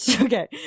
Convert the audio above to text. Okay